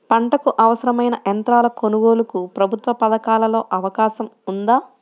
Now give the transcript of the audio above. పంటకు అవసరమైన యంత్రాల కొనగోలుకు ప్రభుత్వ పథకాలలో అవకాశం ఉందా?